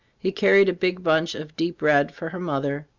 he carried a big bunch of deep red for her mother,